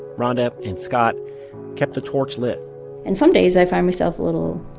ronda and scott kept the torch lit and some days i find myself a little,